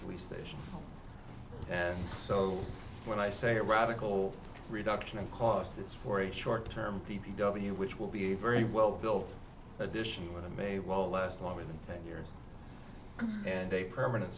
police station and so when i say a radical reduction in cost it's for a short term p p w which will be a very well built addition to may well last longer than ten years and a permanent